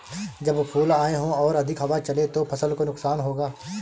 जब फूल आए हों और अधिक हवा चले तो फसल को नुकसान होगा?